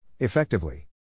Effectively